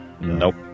Nope